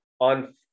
on